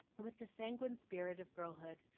with the sanguine spirit of girlhood,